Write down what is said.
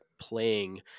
playing